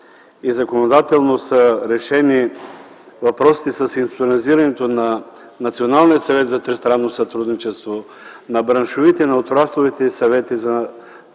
и законодателно са решени въпросите с институционализирането на Националния съвет за тристранно сътрудничество, на браншовите, отрасловите и на общинските